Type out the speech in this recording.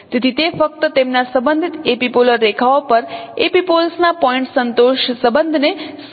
તેથી તે ફક્ત તેમના સંબંધિત એપિપોલર રેખાઓ પર એપિપોલ્સ ના પોઇન્ટ સંતોષ સંબંધને સૂચિત કરી રહ્યું છે